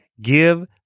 give